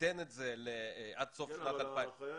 ניתן את זה עד סוף שנת 2020. החייל